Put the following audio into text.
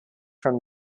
from